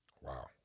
Wow